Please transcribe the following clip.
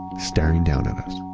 staring down at us.